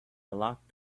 locked